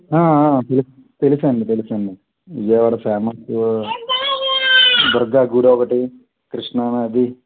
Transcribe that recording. తెలుసు తెలుసు అండి తెలుసు అండి విజయవాడ ఫేమస్ దుర్గ గుడి ఒకటి కృష్ణానది